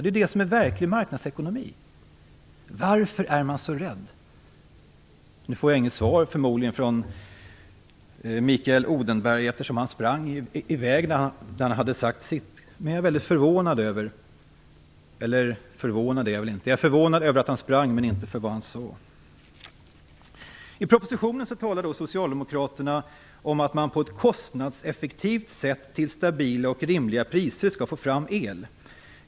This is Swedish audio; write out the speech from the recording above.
Det är detta som är verklig marknadsekonomi. Varför är man så rädd? Jag får förmodligen inget svar från Mikael Odenberg eftersom han sprang i väg när han hade sagt sitt. Jag är förvånad över att han sprang, men inte över det han sade. I propositionen talar socialdemokraterna om att man på ett kostnadseffektivt sätt och till stabila och rimliga priser skall få fram el.